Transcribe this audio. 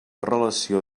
relació